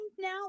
now